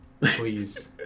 please